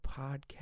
podcast